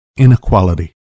Inequality